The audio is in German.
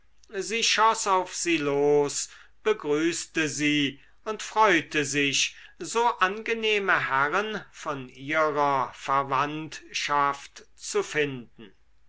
sie schoß auf sie los begrüßte sie und freute sich so angenehme herren von ihrer verwandtschaft zu finden